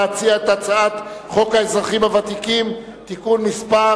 להציע את הצעת חוק האזרחים הוותיקים (תיקון מס'